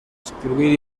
escribir